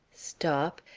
stop,